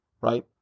right